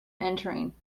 entering